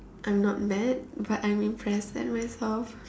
I'm not mad but I'm impressed at myself